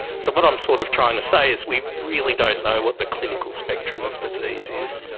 so what i'm sort of trying to say is we really don't know what the clinical spectrum of disease is,